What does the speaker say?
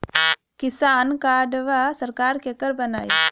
किसान कार्डवा सरकार केकर बनाई?